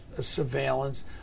surveillance